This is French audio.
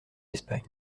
espagne